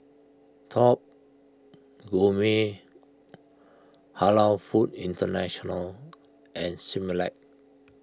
Top Gourmet Halal Foods International and Similac